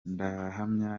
ndahamya